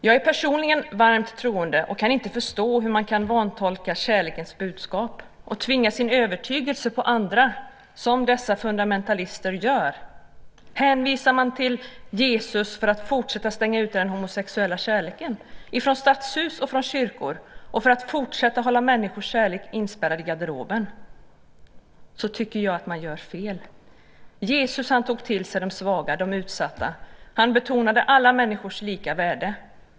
Jag är personligen varmt troende och kan inte förstå hur man kan vantolka kärlekens budskap och tvinga sin övertygelse på andra, som dessa fundamentalister gör. Hänvisar man till Jesus för att fortsätta stänga ute den homosexuella kärleken från stadshus och kyrkor och för att fortsätta hålla människors kärlek inspärrad i garderoben så tycker jag att man gör fel. Jesus tog till sig de svaga och utsatta, och han betonade alla människors lika värde.